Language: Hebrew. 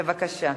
בבקשה.